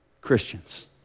Christians